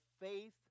faith